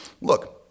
look